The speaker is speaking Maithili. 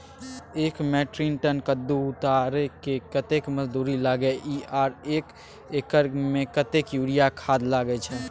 एक मेट्रिक टन कद्दू उतारे में कतेक मजदूरी लागे इ आर एक एकर में कतेक यूरिया खाद लागे छै?